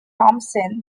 thompson